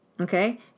Okay